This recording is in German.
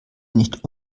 nicht